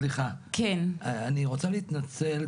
אני רוצה להתנצל,